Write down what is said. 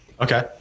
Okay